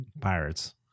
pirates